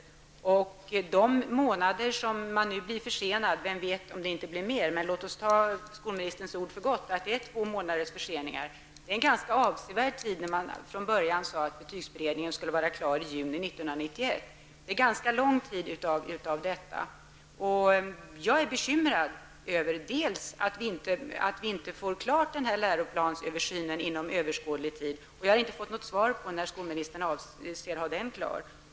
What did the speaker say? Den försening om några månader som det gäller -- vem vet om det inte blir mer, men låt oss ta skolministerns ord för gott att det är fråga om två månaders försening -- är ganska avsevärd, med tanke på att man från början sade att betygsberedningen skulle vara klar i juni 1991. Det gäller en ganska stor del av tiden fram till dess. Jag är bekymrad över att vi inte får denna läroplansöversyn klar inom överskådlig tid. Vi har inte fått något svar på frågan när skolministern avser att ha den klar.